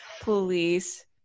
police